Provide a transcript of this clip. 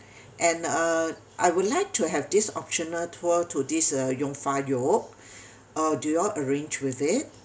and uh I would like to have this optional tour to this uh jungfraujoch uh do y'all arrange with it